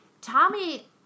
Tommy